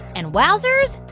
and wowzers,